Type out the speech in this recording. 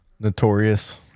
Notorious